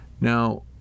Now